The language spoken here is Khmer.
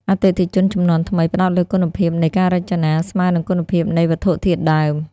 អតិថិជនជំនាន់ថ្មីផ្ដោតលើគុណភាពនៃ "ការរចនា" ស្មើនឹងគុណភាពនៃ "វត្ថុធាតុដើម"។